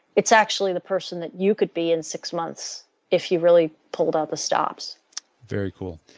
it's actually the person that you could be in six months if you really pulled out the stops very cool.